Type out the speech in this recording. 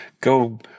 go